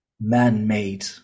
man-made